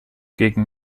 gegen